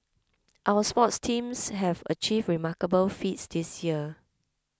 our sports teams have achieved remarkable feats this year